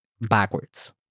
backwards